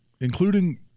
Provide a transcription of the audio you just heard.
including